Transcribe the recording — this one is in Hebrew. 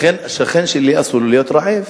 לכן לשכן שלי אסור להיות רעב.